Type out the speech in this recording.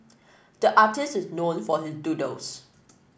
the artist is known for his doodles